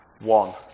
one